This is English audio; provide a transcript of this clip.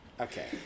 okay